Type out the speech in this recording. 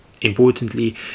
Importantly